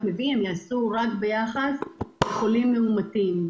מביא כך שהם ייעשו רק ביחס לחולים מאומתים,